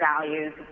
values